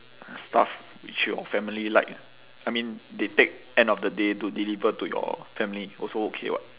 stuff which your family like ah I mean they take end of the day to deliver to your family also okay [what]